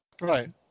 Right